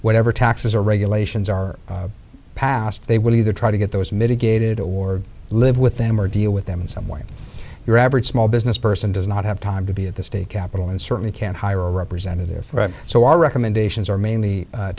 whatever taxes or regulations are passed they will either try to get those mitigated or live with them or deal with them in some way your average small business person does not have time to be at the state capital and certainly can't hire a representative so our recommendations are mainly